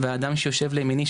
והאדם שיושב לימיני,